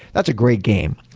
that's a great game.